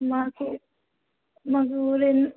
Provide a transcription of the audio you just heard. మాకు మాకు ఊరి